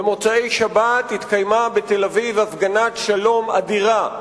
במוצאי-שבת התקיימה בתל-אביב הפגנת שלום אדירה.